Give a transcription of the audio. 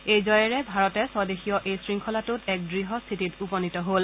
এই জয়েৰে ভাৰতে ছয়দেশীয় এই শৃংখলাটোত এক দৃঢ় স্থিতিত উপনীত হ'ল